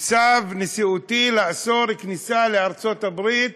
בצו נשיאותי כניסה לארצות-הברית